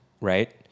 Right